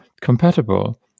compatible